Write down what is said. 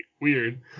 weird